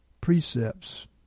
precepts